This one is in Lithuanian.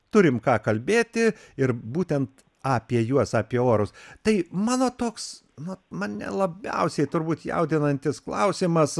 turim ką kalbėti ir būtent apie juos apie orus tai mano toks nu mane labiausiai turbūt jaudinantis klausimas